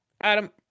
adam